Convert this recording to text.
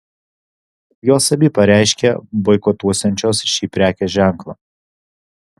jos abi pareiškė boikotuosiančios šį prekės ženklą